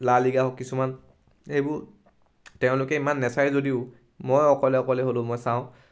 La Liga হওক কিছুমান এইবোৰ তেওঁলোকে ইমান নাচাই যদিও মই অকলে অকলে হ'লেও মই চাওঁ